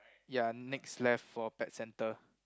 ya next left for pet centre